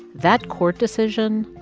that court decision,